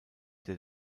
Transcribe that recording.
der